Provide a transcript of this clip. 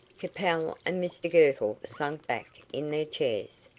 capel and mr girtle sank back in their chairs.